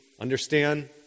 understand